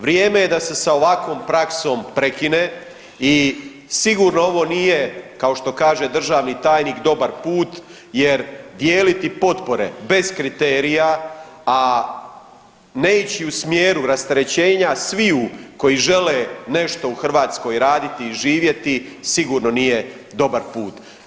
Vrijeme je da se sa ovakvom praksom prekine i sigurno ovo nije kao što kaže državni tajnik dobar put jer dijeliti potpore bez kriterija, a ne ići u smjeru rasterećenja sviju koji žele nešto u Hrvatskoj raditi i živjeti sigurno nije dobar put.